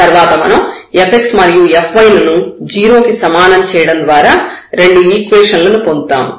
తర్వాత మనం fx మరియు fy లను 0 కి సమానం చేయడం ద్వారా రెండు ఈక్వేషన్ లను పొందుతాము